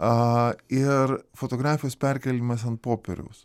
a ir fotografijos perkėlimas ant popieriaus